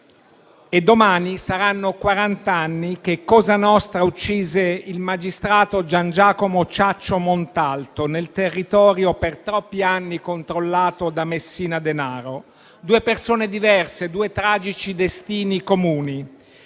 Domani saranno quaranta anni che Cosa nostra uccise il magistrato Gian Giacomo Ciaccio Montalto nel territorio per troppi anni controllato da Messina Denaro. Due persone diverse, due tragici destini comuni.